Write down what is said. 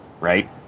right